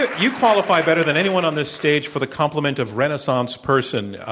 you qualify better than anyone on this stage for the compliment of renaissance person.